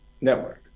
network